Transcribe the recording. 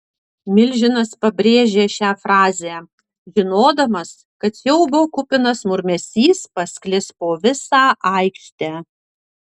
milžinas pabrėžė šią frazę žinodamas kad siaubo kupinas murmesys pasklis po visą aikštę